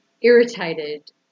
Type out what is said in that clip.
irritated